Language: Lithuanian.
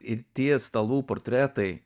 ir tie stalų portretai